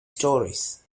stories